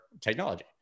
technology